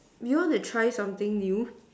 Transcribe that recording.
we want to try something new